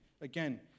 again